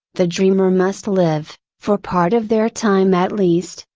the dreamer must live, for part of their time at least,